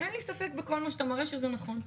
שכל מה שאתה מראה הוא נכון.